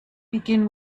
begin